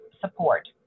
support